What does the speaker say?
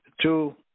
Two